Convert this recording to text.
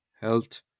Health